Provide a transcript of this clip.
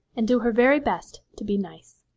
and do her very best to be nice.